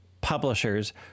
publishers